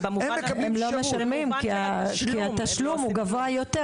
הם לא משלמים כי התשלום הוא גבוה יותר,